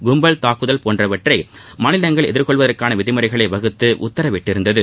கும்பல் தாக்குதல் போன்றவற்றை மாநிலங்கள் எதிர்கொள்வதற்கான விதிமுறைகளை வகுத்த உத்தரவிட்டிருந்தது